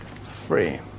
free